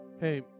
hey